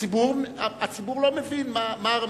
הציבור לא מבין מה הרמזים.